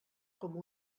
com